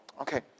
Okay